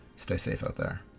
stay safe out there.